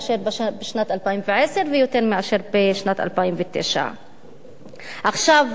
בשנת 2010 ויותר מאשר בשנת 2009. עכשיו,